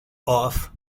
off